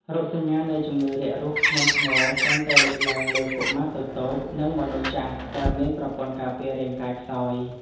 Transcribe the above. រោគសញ្ញានៃជំងឺរាករូសធ្ងន់ធ្ងរតែងតែលេចឡើងលើកុមារតូចៗ និងមនុស្សចាស់ដែលមានប្រព័ន្ធការពាររាងកាយខ្សោយ។